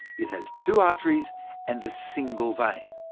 it has two arteries and a single vein.